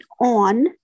on